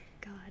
god